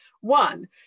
one